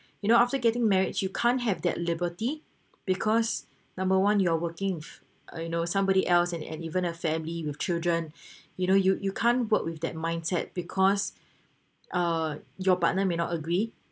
you know after getting marriage you can't have that liberty because number one you're working with you know somebody else and and even a family with children you know you you can't work with that mindset because uh your partner may not agree